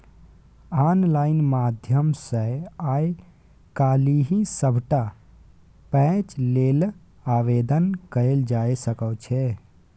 online माध्यम सँ आय काल्हि सभटा पैंच लेल आवेदन कएल जाए सकैत छै